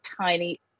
tiny